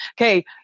Okay